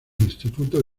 instituto